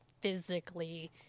physically